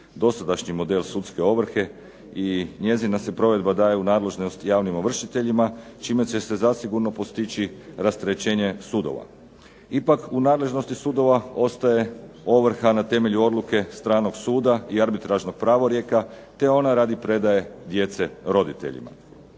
dosadašnji model sudske ovrhe i njezina se provedba daje u nadležnost javnim ovršiteljima čime će se zasigurno postići rasterećenje sudova. Ipak u nadležnosti sudova ostaje ovrha na temelju odluke stranog suda i arbitražnog pravorijeka te onda radi predaje djece roditeljima.